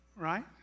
right